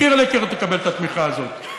מקיר לקיר אתה תקבל את התמיכה הזאת.